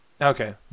okay